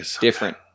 different